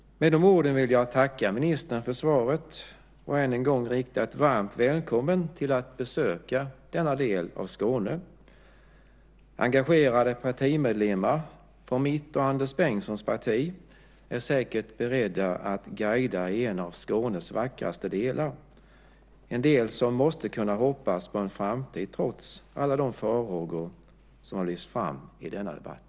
Med de orden vill jag tacka ministern för svaret och än en gång hälsa honom varmt välkommen att besöka denna del av Skåne. Engagerade partimedlemmar från mitt och Anders Bengtssons parti är säkert beredda att guida i en av Skånes vackraste delar, en del som måste kunna hoppas på en framtid trots alla de farhågor som har lyfts fram i denna debatt.